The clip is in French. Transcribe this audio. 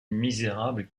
misérable